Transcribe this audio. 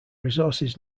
resources